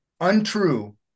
untrue